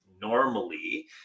normally